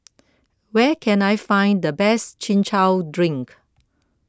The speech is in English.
where can I find the best Chin Chow Drink